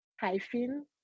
hyphen